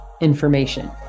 information